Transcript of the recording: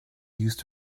used